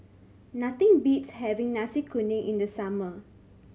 nothing beats having Nasi Kuning in the summer